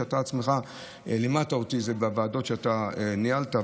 אתה בעצמך לימדת אותי את זה בוועדות שאתה ניהלת,